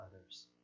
others